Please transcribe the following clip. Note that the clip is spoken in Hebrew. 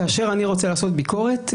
כאשר אני רוצה לעשות ביקורת,